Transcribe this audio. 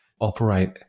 operate